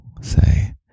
say